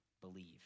believe